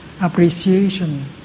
appreciation